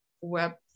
web